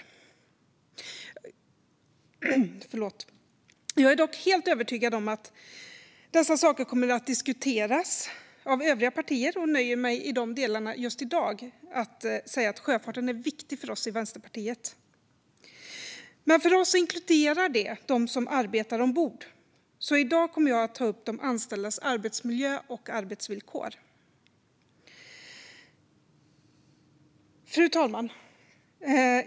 Jag är dock helt övertygad om att dessa saker kommer att diskuteras av övriga partier. Jag nöjer mig i de delarna, just i dag, med att säga att sjöfarten är viktig för oss i Vänsterpartiet. Men för oss inkluderar det de som arbetar ombord, så i dag kommer jag att ta upp de anställdas arbetsmiljö och arbetsvillkor. Fru talman!